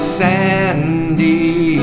sandy